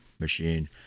machine